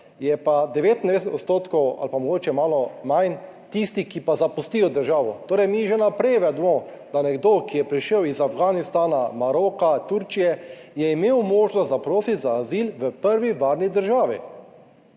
je pa 99 % ali pa mogoče malo manj, tisti, ki pa zapustijo državo, torej mi že vnaprej vemo, da nekdo, ki je prišel iz Afganistana, Maroka, Turčije, je imel možnost zaprositi za azil v prvi varni državi.